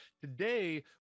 Today